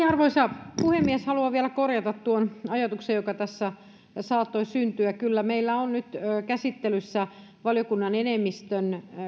arvoisa puhemies haluan vielä korjata tuon ajatuksen joka tässä saattoi syntyä kyllä meillä on nyt käsittelyssä valiokunnan enemmistön